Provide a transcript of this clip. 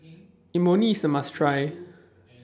Imoni IS A must Try